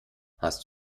hast